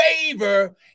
favor